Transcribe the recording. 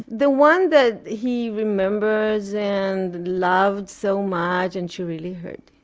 the one that he remembers and loves so much and she really hurt